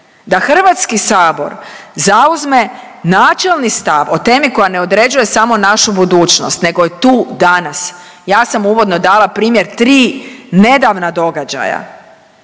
da Hrvatski sabor zauzme načelni stav o temi koja ne određuje samo našu budućnost, nego je tu danas. Ja sam uvodno dala primjer tri nedavna događaja